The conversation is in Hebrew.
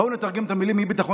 בואו נתרגם את המילים "אי-ביטחון